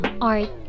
art